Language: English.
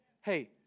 Hey